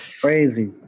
crazy